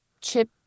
chip